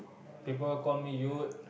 people call me Yut